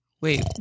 Wait